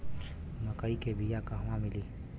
मक्कई के बिया क़हवा मिली?